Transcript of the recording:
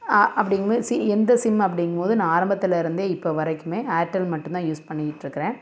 அப்படிங்கும்மோது சி எந்த சிம் அப்படிங்கும்மோது நான் ஆரம்பத்தில் இருந்தே இப்போ வரைக்குமே ஏர்டெல் மட்டும் தான் யூஸ் பண்ணிக்கிட்டுருக்கறேன்